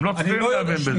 הם לא צריכים להבין בזה.